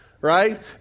right